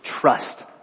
trust